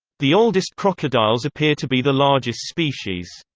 the oldest crocodiles appear to be the largest species.